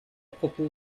propos